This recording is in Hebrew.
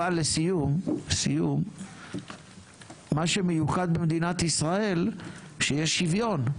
לסיום, מה שמיוחד במדינת ישראל זה שיש שיווין,